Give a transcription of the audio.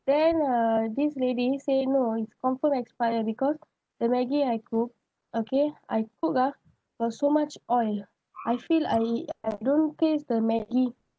then uh this lady say no it's confirm expired because the maggie I cook okay I cook ah got so much oil I feel I I don't taste the maggie